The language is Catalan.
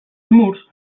murs